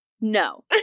no